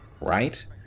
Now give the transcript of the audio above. right